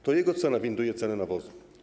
To jego cena winduje ceny nawozów.